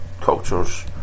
cultures